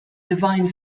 devine